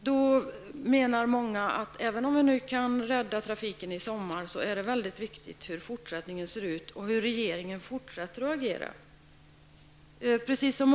Då menar många att även om vi kan rädda trafiken i sommar, är det väldigt viktigt att få veta hur fortsättningen ser ut och hur regeringen fortsätter att agera i frågan.